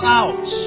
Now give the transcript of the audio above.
out